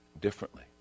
differently